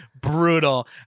Brutal